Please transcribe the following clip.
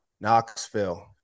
Knoxville